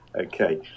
Okay